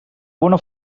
bona